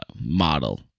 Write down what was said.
model